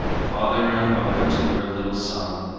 father and mother to her little son,